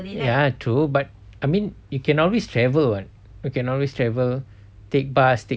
ya true but I mean you can always travel you can always travel take bus take train